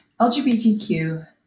LGBTQ